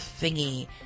thingy